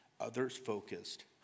others-focused